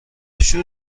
شور